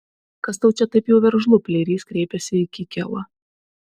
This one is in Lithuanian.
kas tau čia taip jau veržlu pleirys kreipėsi į kikėlą